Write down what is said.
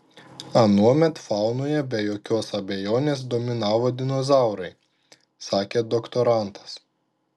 anuomet faunoje be jokios abejonės dominavo dinozaurai sakė doktorantas